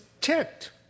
ticked